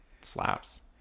Slaps